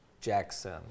Jackson